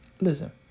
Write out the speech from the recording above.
Listen